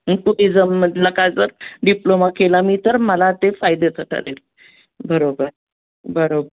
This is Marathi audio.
टुरिझममधला का जर डिप्लोमा केला मी तर मला ते फायद्याचं ठरेल बरोबर बरोब